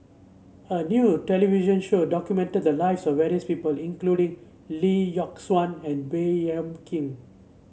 a new television show documented the lives of various people including Lee Yock Suan and Baey Yam Keng